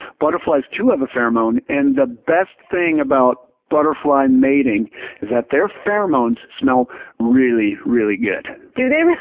butterflies too have a pheromone. and the best thing about butterfly mating is that their pheromones smell really, really good. do they really?